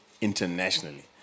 internationally